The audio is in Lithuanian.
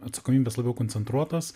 atsakomybes labiau koncentruotas